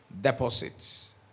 deposits